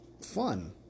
fun